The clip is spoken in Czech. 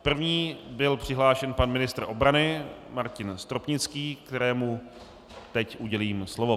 První byl přihlášen pan ministr obrany Martin Stropnický, kterému teď udělím slovo.